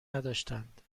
نداشتند